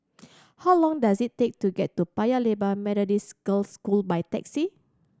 how long does it take to get to Paya Lebar Methodist Girls' School by taxi